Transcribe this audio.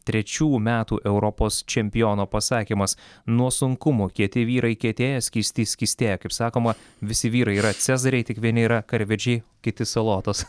trečių metų europos čempiono pasakymas nuo sunkumų kieti vyrai kietėja skysti skystėja kaip sakoma visi vyrai yra cezariai tik vieni yra karvedžiai kiti salotos